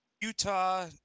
Utah